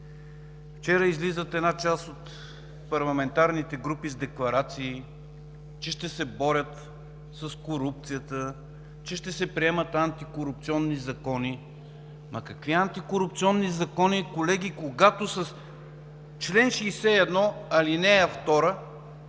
Вчера излизат една част от парламентарните групи с декларации, че ще се борят с корупцията, че ще се приемат антикорупционни закони. Какви антикорупционни закони, колеги, когато с чл. 61, ал. 2